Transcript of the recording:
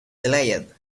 delayed